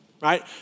right